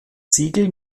siegel